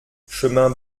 chemin